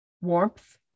warmth